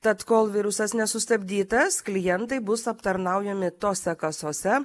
tad kol virusas nesustabdytas klientai bus aptarnaujami tose kasose